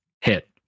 hit